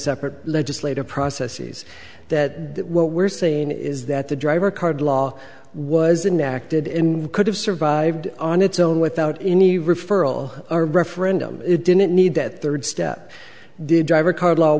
separate legislative processes that what we're seeing is that the driver card law was enacted in one could have survived on its own without any referral a referendum it didn't need that third step did driver car